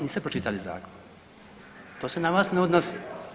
Niste pročitali zakon, to se na vas ne odnosi.